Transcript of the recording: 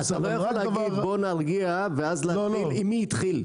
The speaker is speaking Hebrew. אבל אתה לא יכול להגיד "בואו נרגיע" ואז להתחיל עם השאלה "מי התחיל".